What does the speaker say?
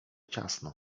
ciasno